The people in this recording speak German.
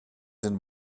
den